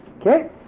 Okay